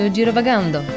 Girovagando